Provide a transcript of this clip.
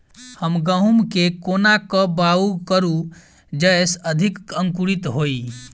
हम गहूम केँ कोना कऽ बाउग करू जयस अधिक अंकुरित होइ?